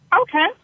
Okay